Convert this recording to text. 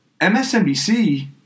MSNBC